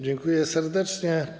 Dziękuję serdecznie.